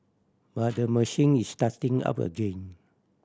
but the machine is starting up again